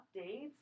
updates